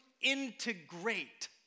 integrate